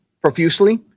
profusely